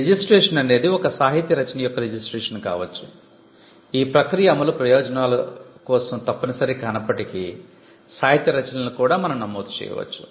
registration అనేది ఒక సాహిత్య రచన యొక్క రిజిస్ట్రేషన్ కావచ్చు ఈ ప్రక్రియ అమలు ప్రయోజనాల కోసం తప్పనిసరి కానప్పటికీ సాహిత్య రచనలను కూడా మనం నమోదు చేయవచ్చు